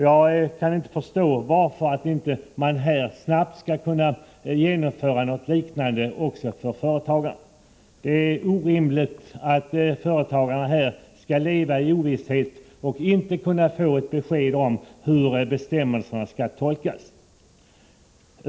Jag kan inte förstå varför man inte snabbt skall kunna genomföra något liknande också för företagarna. Det är orimligt att företagarna skall leva i ovisshet och inte kunna få ett besked om hur bestämmelserna skall tolkas.